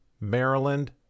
Maryland